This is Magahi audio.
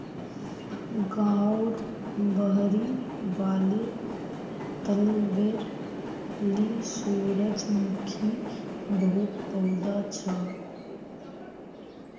गांउर बहिरी वाले तलबेर ली सूरजमुखीर बहुत पौधा छ